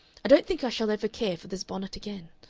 i don't think i shall ever care for this bonnet again.